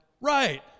Right